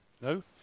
No